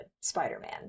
Spider-Man